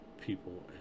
people